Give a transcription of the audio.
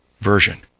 version